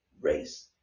race